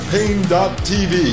Pain.tv